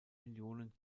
millionen